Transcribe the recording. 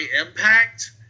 Impact